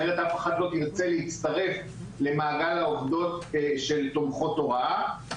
אחרת אף אחד לא תרצה להצטרף למעגל העובדות של תומכות הוראה.